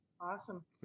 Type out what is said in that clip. Awesome